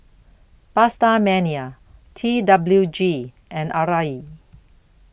PastaMania T W G and Arai